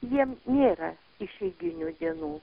jiems nėra išeiginių dienų